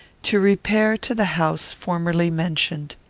to repair to the house formerly mentioned.